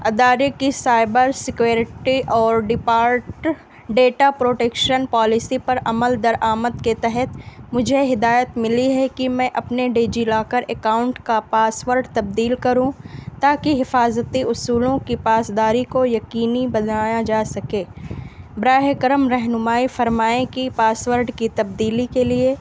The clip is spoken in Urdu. ادارے کی سائبر سیکیورٹی اور ڈپارٹ ڈیٹا پروٹیکشن پالیسی پر عمل درآمد کے تحت مجھے ہدایت ملی ہے کہ میں اپنے ڈیجی لاکر اکاؤنٹ کا پاسورڈ تبدیل کروں تاکہ حفاظتی اصولوں کی پاسداری کو یقینی بنایا جا سکے براہ کرم رہنمائی فرمائیں کہ پاسورڈ کی تبدیلی کے لیے